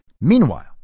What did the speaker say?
Meanwhile